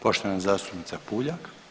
Poštovana zastupnica Puljak.